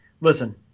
Listen